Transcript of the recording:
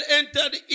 entered